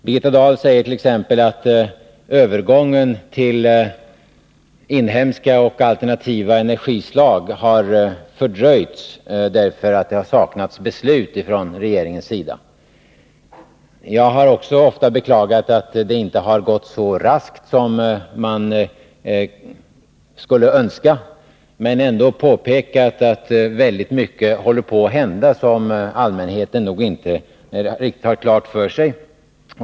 Birgitta Dahl säger t.ex. att övergången till inhemska och alternativa energislag har fördröjts därför att det har saknats beslut från regeringens sida. Jag har också ofta beklagat att det inte har gått så raskt som man skulle önska men samtidigt velat påpeka att väldigt mycket håller på att hända som allmänheten nog inte riktigt har klart för sig.